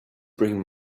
bring